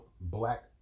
black